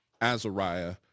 Azariah